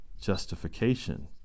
justification